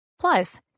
Plus